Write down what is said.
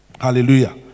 Hallelujah